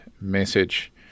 message